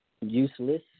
Useless